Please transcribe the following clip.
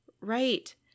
Right